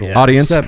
audience